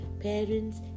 parents